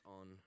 on